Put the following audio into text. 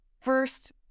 first